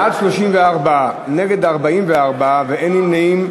בעד, 34, נגד, 44, ואין נמנעים.